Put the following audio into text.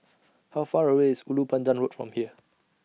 How Far away IS Ulu Pandan Road from here